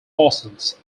fossils